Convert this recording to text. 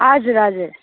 हजुर हजुर